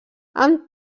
amb